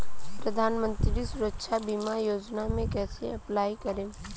प्रधानमंत्री सुरक्षा बीमा योजना मे कैसे अप्लाई करेम?